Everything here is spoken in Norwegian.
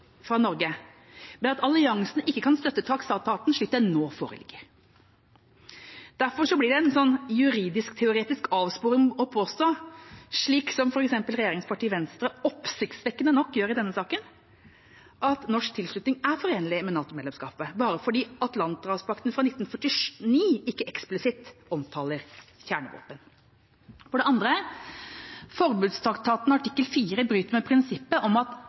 fra Norge – men at alliansen ikke kan støtte traktaten slik den nå foreligger. Derfor blir det en juridisk-teoretisk avsporing å påstå, slik som f.eks. regjeringspartiet Venstre oppsiktsvekkende nok gjør i denne saken, at norsk tilslutning er forenlig med NATO-medlemskapet, bare fordi Atlanterhavspakten fra 1949 ikke eksplisitt omtaler kjernevåpen. For det andre: Forbudstraktatens artikkel 4 bryter med prinsippet om at